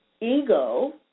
Ego